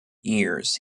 years